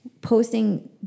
posting